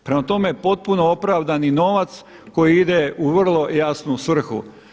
Prema tome, potpuno opravdani novac koji ide u vrlo jasnu svrhu.